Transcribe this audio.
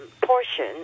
portion